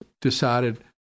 decided